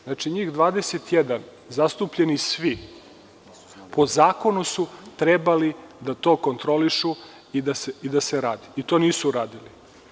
Znači, njih 21, svi zastupljeni, po zakonu su trebali da to kontrolišu i da se radi, i to nisu uradili.